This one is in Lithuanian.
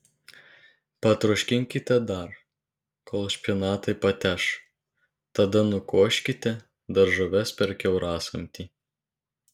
patroškinkite dar kol špinatai pateš tada nukoškite daržoves per kiaurasamtį